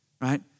right